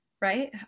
right